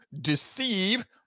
deceive